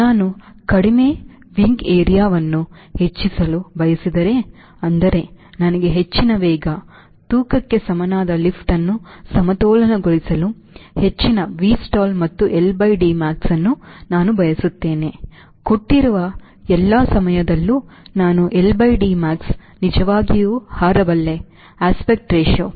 ನಾನು ಕಡಿಮೆ ರೆಕ್ಕೆ ಪ್ರದೇಶವನ್ನು ಹೆಚ್ಚಿಸಲು ಬಯಸಿದರೆ ಅಂದರೆ ನನಗೆ ಹೆಚ್ಚಿನ ವೇಗ ತೂಕಕ್ಕೆ ಸಮನಾದ ಲಿಫ್ಟ್ ಅನ್ನು ಸಮತೋಲನಗೊಳಿಸಲು ಹೆಚ್ಚಿನ Vstall ಮತ್ತು LD Max ಅನ್ನು ನಾನು ಬಯಸುತ್ತೇನೆ ಕೊಟ್ಟಿರುವ ಎಲ್ಲ ಸಮಯದಲ್ಲೂ ನಾನು LD Max ನಿಜವಾಗಿಯೂ ಹಾರಬಲ್ಲೆ aspect ratio